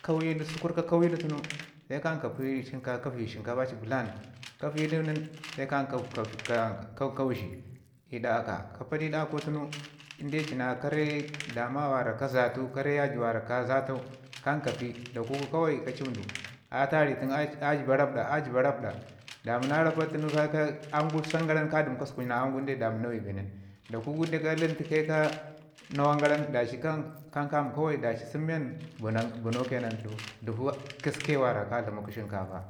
kauyin sukur ka kawau yi du nin, sai kan ka pee ka viyi shinkapa a bəlan ka vəyi du nin sai k- k- ka kaushi i ɗa aka ka padu i ɗa aka, tunu inde ci na ka re da ma mi ka zatu, kare yaaji mi ka zatau kan ka pi kawai atu ari tunu atu a- a jəba rapɗa a jəba rapɗa da muna rapaɗ tunu aam gu san gara nin ka dəmu ka sukunu na aam gu inde damu nawai bi nin da ku gu in ka lantu ko ka nawai gara da ci k- kan kami sən men bənau ke nan ɗəvo kiski ke nan mi ka dlamau kə shinkapa